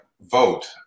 vote